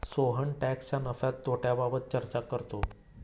सोहन टॅक्सच्या नफ्या तोट्याबाबत चर्चा करतो